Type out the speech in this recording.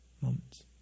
Moments